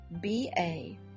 B-A